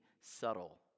subtle